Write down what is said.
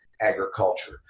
agriculture